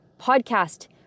PODCAST